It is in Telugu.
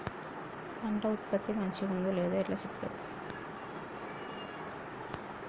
పంట ఉత్పత్తి మంచిగుందో లేదో ఎట్లా చెప్తవ్?